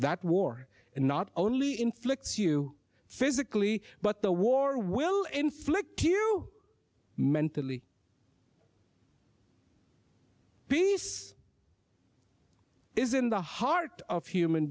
that war and not only inflicts you physically but the war will inflict you mentally peace is in the heart of human